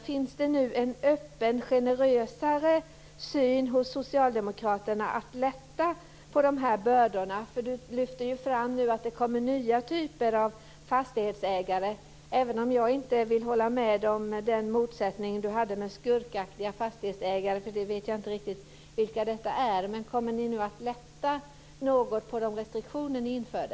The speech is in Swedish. Finns det nu en öppen, generösare syn hos Socialdemokraterna när det gäller att lätta på de här bördorna? Carina Moberg lyfter ju fram att det kommer nya typer av fastighetsägare. Jag vill dock inte hålla med vad gäller motsättningen där och talet om skurkaktiga fastighetsägare - jag vet inte riktigt vilka de är. Men kommer ni nu att lätta något på de restriktioner som ni införde?